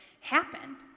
happen